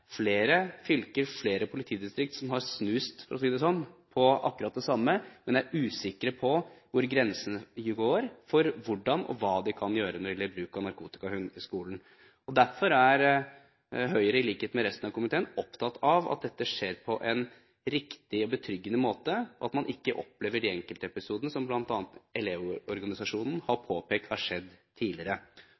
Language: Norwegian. flere fylker og politidistrikt som har snust, for å si det sånn, på akkurat det samme, men som er usikre på hvor grensene går for hva de kan gjøre når det gjelder bruk av narkotikahund i skolen. Derfor er Høyre, i likhet med resten av komiteen, opptatt av at dette skjer på en riktig og betryggende måte, og at man ikke opplever de enkeltepisodene, som bl.a. Elevorganisasjonen har påpekt, har skjedd tidligere.